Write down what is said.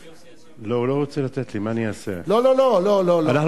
לא, הוא לא רוצה לתת לי, מה אני אעשה?